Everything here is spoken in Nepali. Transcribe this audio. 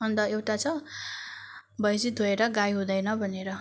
अन्त एउटा छ भैँसी धोएर गाई हुँदैन भनेर